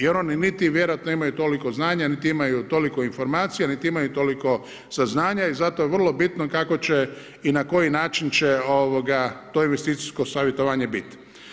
Jer oni niti vjerojatno imaju toliko znanja, niti imaju toliko informacija, niti imaju toliko saznanja i zato je vrlo bitno kako će i na koji način će to investicijsko savjetovanje biti.